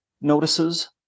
notices